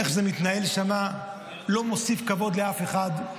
איך שזה מתנהל שם לא מוסיף כבוד לאף אחד.